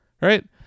Right